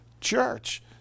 church